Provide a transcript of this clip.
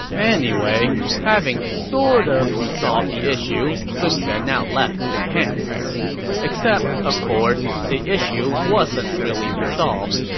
anyway, having sort of resolved the issue, sun quan now left the camp except, of course, the issue wasn't really resolved.